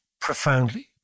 profoundly